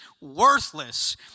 worthless